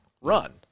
run